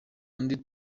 undi